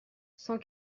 cent